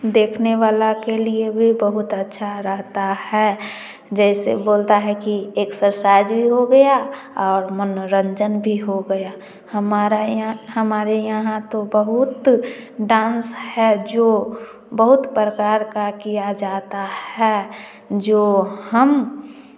देखने वाला के लिए भी बहुत अच्छा रहता है जैसे बोलता है कि एक्सरसाइज भी हो गया और मनोरंजन भी हो गया हमारा यहाँ हमारे यहाँ तो बहुत डांस है जो बहुत प्रकार का किया जाता है जो हम